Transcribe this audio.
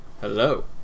hello